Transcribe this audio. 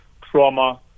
trauma